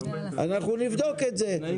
נבדוק את זה.